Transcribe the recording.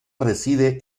reside